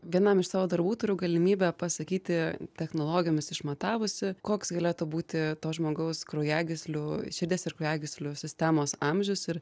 vienam iš savo darbų turiu galimybę pasakyti technologijomis išmatavusi koks galėtų būti to žmogaus kraujagyslių širdies ir kraujagyslių sistemos amžius ir